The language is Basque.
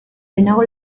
lehenago